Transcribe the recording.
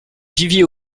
vivier